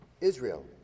Israel